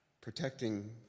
protecting